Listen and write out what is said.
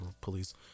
police